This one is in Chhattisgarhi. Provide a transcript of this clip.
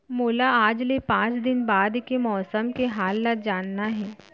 मोला आज ले पाँच दिन बाद के मौसम के हाल ल जानना हे?